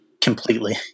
completely